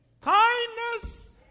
kindness